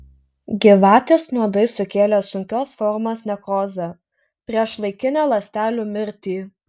gyvatės nuodai sukėlė sunkios formos nekrozę priešlaikinę ląstelių mirtį